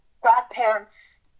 grandparents